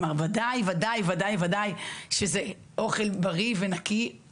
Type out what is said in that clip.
כלומר ודאי ודאי ודאי שזה אוכל בריא ונקי,